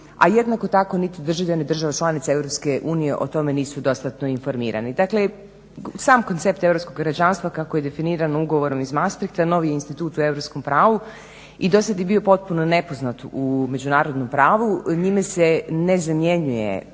A jednako tako niti državljani država članica Europske unije o tome nisu dostatno informirani. Dakle, sam koncept europskog građanstva kako je definiran ugovorom iz Maastrichta, novi institut u europskom pravu. I do sada je bio potpuno nepoznat u međunarodnom pravu. Njime se ne zamjenjuje